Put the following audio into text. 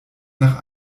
nach